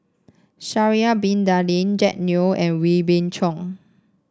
Sha'ari Bin Tadin Jack Neo and Wee Beng Chong